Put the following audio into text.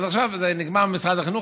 אז עכשיו זה נגמר במשרד החינוך,